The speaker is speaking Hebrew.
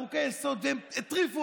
חבר הכנסת מאיר פרוש.